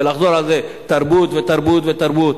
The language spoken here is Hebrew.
ולחזור על זה: תרבות ותרבות ותרבות,